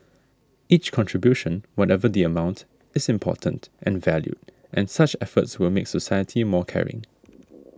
each contribution whatever the amount is important and valued and such efforts will make society more caring